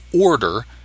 Order